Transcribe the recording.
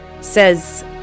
says